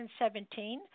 2017